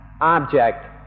object